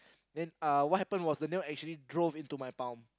then uh what happened was the nail actually drove into my palm